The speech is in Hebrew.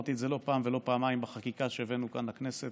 ואמרתי את זה לא פעם ולא פעמיים בחקיקה שהבאנו כאן לכנסת.